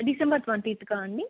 December ట్వంటీత్కా అండి